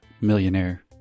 millionaire